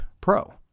Pro